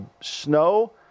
snow